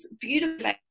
beautiful